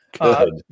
Good